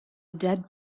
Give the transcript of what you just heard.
dead